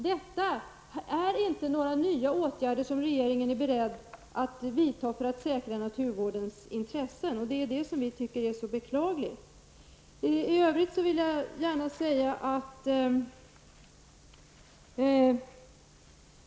Detta är inte några nya åtgärder som regeringen är beredd att vidta för att säkra naturvårdens intressen, och det är det som vi tycker är så beklagligt.